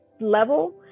level